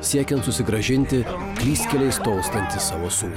siekiant susigrąžinti klystkeliais tolstantį savo sūnų